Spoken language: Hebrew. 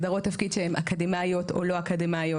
הגדרות תפקיד שהן אקדמאיות או לא אקדמאיות.